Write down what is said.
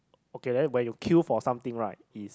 okay then when you queue for something right is